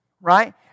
Right